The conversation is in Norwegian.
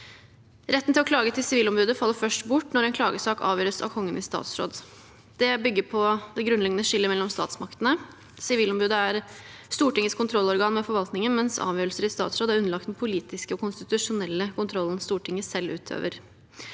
Retten til å klage til Sivilombudet faller først bort når en klagesak avgjøres av Kongen i statsråd. Dette bygger på det grunnleggende skillet mellom statsmaktene. Sivilombudet er Stortingets kontrollorgan med forvalt ningen, mens avgjørelser i statsråd er underlagt den politiske og konstitusjonelle kontrollen Stortinget selv utøver.